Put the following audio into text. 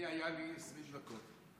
היו לי 20 דקות.